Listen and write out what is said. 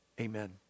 Amen